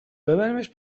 ببریمش